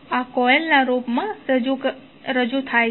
આ કોઇલના રૂપમાં રજૂ થાય છે